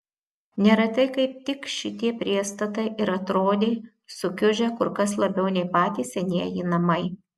neretai kaip tik šitie priestatai ir atrodė sukiužę kur kas labiau nei patys senieji namai